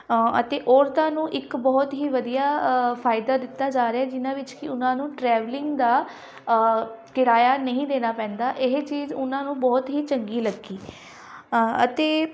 ਅਤੇ ਔਰਤਾਂ ਨੂੰ ਇੱਕ ਬਹੁਤ ਹੀ ਵਧੀਆ ਫਾਇਦਾ ਦਿੱਤਾ ਜਾ ਰਿਹਾ ਜਿਹਨਾਂ ਵਿੱਚ ਕਿ ਉਹਨਾਂ ਨੂੰ ਟਰੈਵਲਿੰਗ ਦਾ ਕਿਰਾਇਆ ਨਹੀਂ ਦੇਣਾ ਪੈਂਦਾ ਇਹ ਚੀਜ਼ ਉਹਨਾਂ ਨੂੰ ਬਹੁਤ ਹੀ ਚੰਗੀ ਲੱਗੀ ਅਤੇ